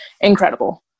incredible